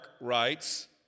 writes